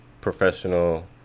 professional